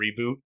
reboot